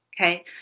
Okay